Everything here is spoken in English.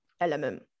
element